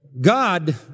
God